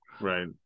right